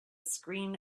screen